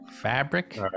fabric